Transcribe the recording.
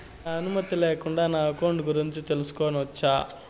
నా అనుమతి లేకుండా నా అకౌంట్ గురించి తెలుసుకొనొచ్చా?